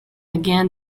again